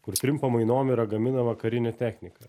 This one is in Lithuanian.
kur trim pamainom yra gaminama karinė technika